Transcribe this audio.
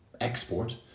export